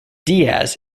diaz